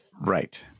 Right